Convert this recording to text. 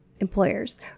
employers